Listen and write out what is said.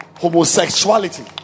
homosexuality